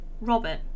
Robert